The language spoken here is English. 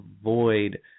avoid